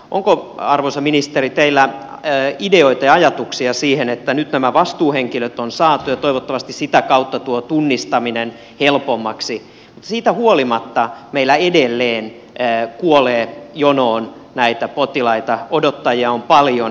onko arvoisa ministeri teillä ei ideoita ja ajatuksia siihen että nyt nämä vastuuhenkilöt on saatu ja toivottavasti sitä kautta tuo tunnistaminen helpommaksi mutta siitä huolimatta meillä edelleen kuolee jonoon näitä potilaita odottajia on paljon